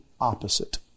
opposite